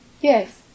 Yes